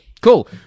Cool